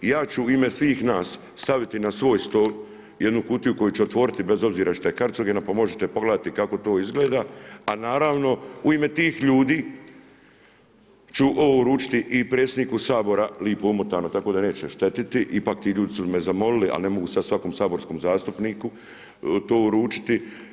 I ja ću u ime svih nas staviti na svoj stol jednu kutiju koju ću otvoriti bez obzira što je karcogena pa možete pogledati kako to izgleda, a naravno u ime tih ljudi ću ovo uručiti i predsjedniku Sabora lipo umotano tako da neće štetiti, ipak ti ljudi su me zamolili, ali ne mogu sada svakome saborskom zastupniku to uručiti.